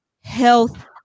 health